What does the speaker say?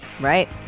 Right